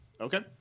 Okay